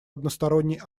односторонний